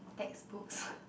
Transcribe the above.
textbooks